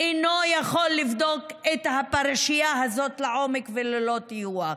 אינו יכול לבדוק את הפרשייה הזו לעומק וללא טיוח.